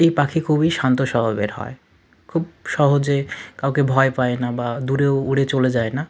এই পাখি খুবই শান্ত স্বভাবের হয় খুব সহজে কাউকে ভয় পায় না বা দূরেও উড়ে চলে যায় না